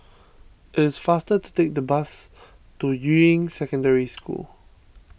it is faster to take the bus to Yuying Secondary School